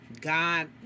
God